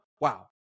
wow